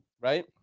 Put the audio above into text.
Right